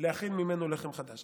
להכין ממנו לחם חדש.